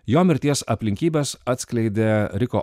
jo mirties aplinkybes atskleidė riko